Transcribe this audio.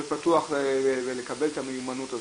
להיות פתוח ולקבל את המיומנות הזאת.